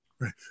Right